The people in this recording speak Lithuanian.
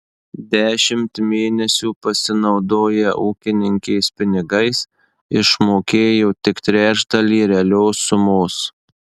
dešimt mėnesių pasinaudoję ūkininkės pinigais išmokėjo tik trečdalį realios sumos